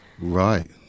Right